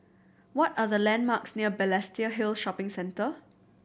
what are the landmarks near Balestier Hill Shopping Centre